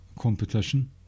competition